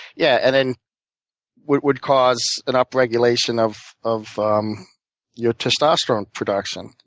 yeah. and then would cause an up-regulation of of um your testosterone production,